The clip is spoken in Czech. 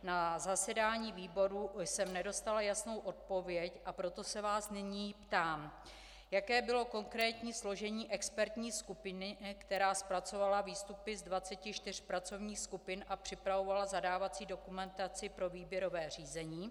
Na zasedání výboru jsem nedostala jasnou odpověď, a proto se vás nyní ptám: Jaké bylo konkrétní složení expertní skupiny, která zpracovala výstupy z 24 pracovních skupin a připravovala zadávací dokumentaci pro výběrové řízení?